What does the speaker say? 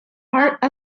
heart